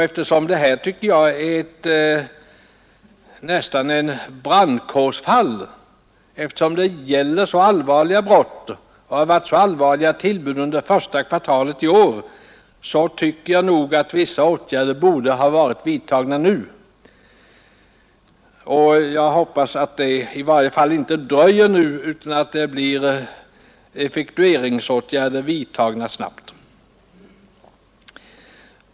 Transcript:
Eftersom denna plan enligt min mening nästan kan liknas vid en brandkårshall — det har ju under det första kvartalet i år begåtts så allvarliga brott och förekommit så farliga tillbud — tycker jag nog att vissa åtgärder borde ha vidtagits nu. Jag hoppas i varje fall att sådana inte skall dröja utan snabbt skall bli effektuerade.